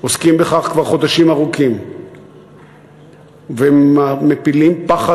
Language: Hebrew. עוסקים בכך כבר חודשים ארוכים ומפילים פחד